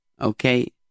Okay